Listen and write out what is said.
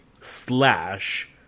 slash